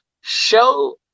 Show